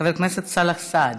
חבר הכנסת סאלח סעד,